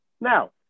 Now